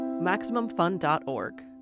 MaximumFun.org